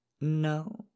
No